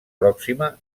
pròxima